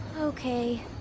Okay